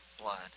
blood